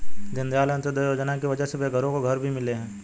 दीनदयाल अंत्योदय योजना की वजह से बेघरों को घर भी मिले हैं